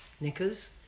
knickers